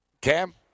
Cam